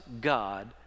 God